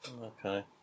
Okay